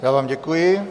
Já vám děkuji.